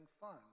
fun